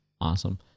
Awesome